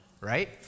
right